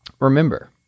Remember